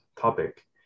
topic